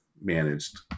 managed